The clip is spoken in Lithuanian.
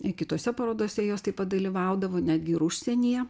ir kitose parodose jos taip pat dalyvaudavo netgi ir užsienyje